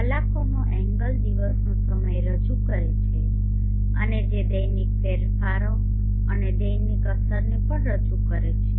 ɷ કલાકોનો એંગ્લ દિવસનો સમય રજૂ કરે છે અને જે દૈનિક ફેરફારો અને દૈનિક અસરોને પણ રજૂ કરે છે